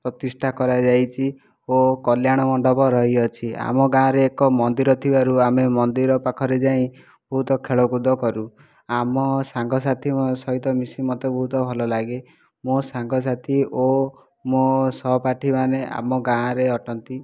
ପ୍ରତିଷ୍ଠା କରାଯାଇଛି ଓ କଲ୍ୟାଣ ମଣ୍ଡପ ରହିଅଛି ଆମ ଗାଁରେ ଏକ ମନ୍ଦିର ଥିବାରୁ ଆମେ ମନ୍ଦିର ପାଖରେ ଯାଇ ବହୁତ ଖେଳକୁଦ କରୁ ଆମ ସାଙ୍ଗସାଥି ସହିତ ମିଶି ମୋତେ ବହୁତ ଭଲ ଲାଗେ ମୋ' ସାଙ୍ଗସାଥୀ ଓ ମୋ' ସହପାଠୀମାନେ ଆମ ଗାଁରେ ଅଟନ୍ତି